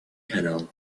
canal